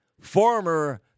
former